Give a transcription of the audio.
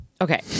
Okay